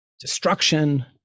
destruction